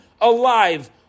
alive